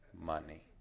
money